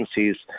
agencies